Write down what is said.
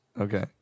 Okay